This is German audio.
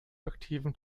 aktiven